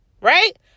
right